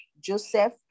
Joseph